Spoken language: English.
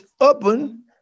open